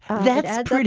that and